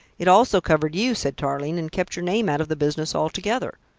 it also covered you, said tarling, and kept your name out of the business altogether.